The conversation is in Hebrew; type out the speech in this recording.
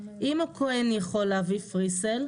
אם הוא כן יכול להביא פרי-סייל,